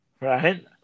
Right